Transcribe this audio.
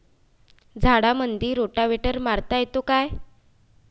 झाडामंदी रोटावेटर मारता येतो काय?